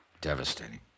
Devastating